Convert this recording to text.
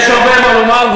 יש הרבה מה לומר.